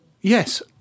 yes